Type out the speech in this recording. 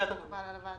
אם זה מקובל על הוועדה.